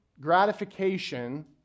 gratification